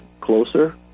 closer